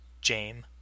James